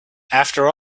after